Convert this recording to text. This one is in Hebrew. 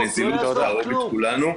הנזילות תהרוג את כולנו.